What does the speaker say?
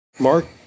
Mark